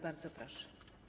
Bardzo proszę.